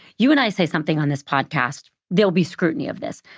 you and i say something on this podcast, there'll be scrutiny of this.